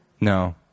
No